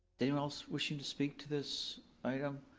anyone else wishing to speak to this item?